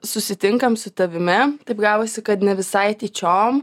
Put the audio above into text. susitinkam su tavimi taip gavosi kad ne visai tyčiom